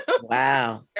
Wow